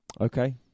Okay